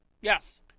Yes